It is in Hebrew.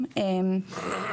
אנשי מופת עובדים פה.